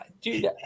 Dude